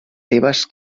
tebes